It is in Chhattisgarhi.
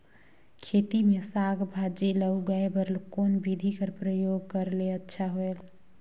खेती मे साक भाजी ल उगाय बर कोन बिधी कर प्रयोग करले अच्छा होयल?